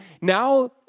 now